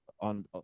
on